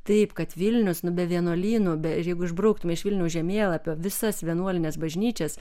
taip kad vilnius nu be vienuolynų be jeigu išbrauktumėme iš vilniaus žemėlapio visas vienuolines bažnyčias